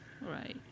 Right